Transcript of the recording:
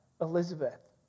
Elizabeth